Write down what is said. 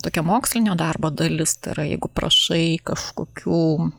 tokia mokslinio darbo dalis tai yra jeigu prašai kažkokių